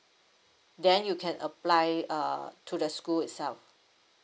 then you can apply uh to the school itself